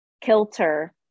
kilter